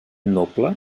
noble